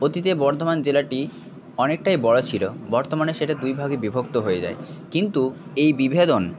অতীতে বর্ধমান জেলাটি অনেকটাই বড়ো ছিল বর্তমানে সেটা দুই ভাগে বিভক্ত হয়ে যায় কিন্তু এই বিভেদন